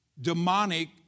demonic